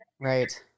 Right